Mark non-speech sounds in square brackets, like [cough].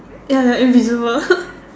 ya the invisible [laughs]